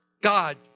God